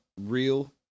real